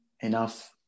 enough